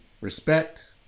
respect